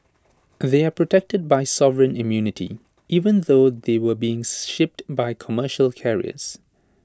they are protected by sovereign immunity even though they were being shipped by commercial carriers